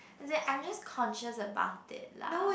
is in I'm just conscious about it lah